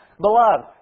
Beloved